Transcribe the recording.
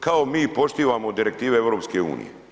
Kao, mi poštivamo direktive EU.